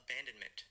abandonment